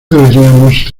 deberíamos